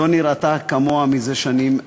שלא נראתה כמוה זה שנים.